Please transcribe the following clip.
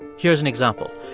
here's an example.